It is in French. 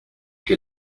que